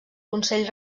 consell